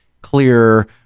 clear